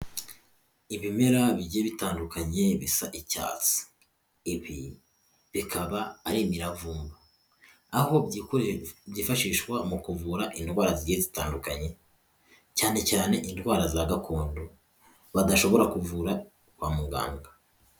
Ibimera bigiye bitandukanye bisa icyatsi, ibi bikaba ari imiramvumba aho byifashishwa mu kuvura indwara zitandukanye, cyane cyane indwara za gakondo, badashobora kuvura kwa muganga.